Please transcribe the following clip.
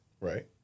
right